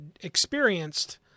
experienced